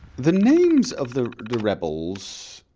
the names of the the rebels